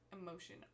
emotion